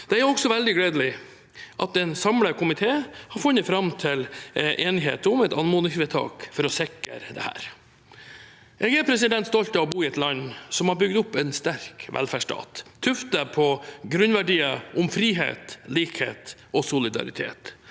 Det er også veldig gledelig at en samlet komité har funnet fram til enighet om et anmodningsvedtak for å sikre dette. Jeg er stolt av å bo i et land som har bygd opp en sterk velferdsstat, tuftet på grunnverdier om frihet, likhet og solidaritet,